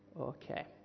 Okay